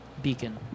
beacon